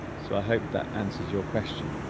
so i hope that answers your question